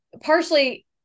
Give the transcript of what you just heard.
partially